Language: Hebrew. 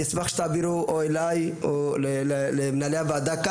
אני אשמח שתעבירו או אליי או למנהלי הוועדה,